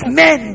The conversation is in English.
men